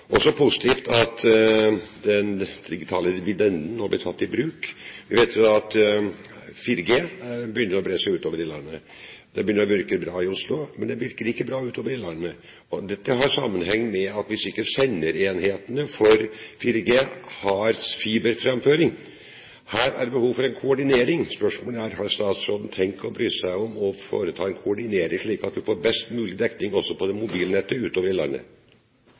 også positivt at den digitale dividenden nå blir tatt i bruk. Vi vet at 4G-nettet begynner å bre seg utover i landet. Det begynner å virke bra i Oslo, men det virker ikke bra utover i landet. Dette har sammenheng med at senderenhetene for 4G må ha fiberfremføring. Her er det behov for en koordinering. Spørsmålet er: Har statsråden tenkt å bry seg om å foreta en koordinering, slik at man får best mulig dekning også på dette mobilnettet utover i landet?